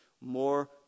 more